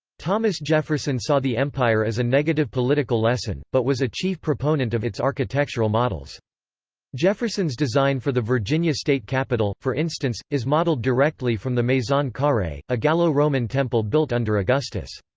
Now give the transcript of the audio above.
thomas jefferson saw the empire as a negative political lesson, but was a chief proponent of its architectural models jefferson's design for the virginia state capitol, for instance, is modelled directly from the maison carree, a gallo-roman temple built under augustus.